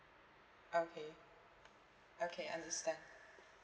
okay okay understand